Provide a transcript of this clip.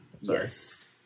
Yes